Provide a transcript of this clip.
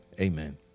amen